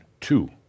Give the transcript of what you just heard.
two